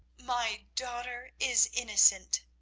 my daughter is innocent!